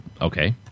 okay